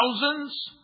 thousands